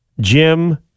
Jim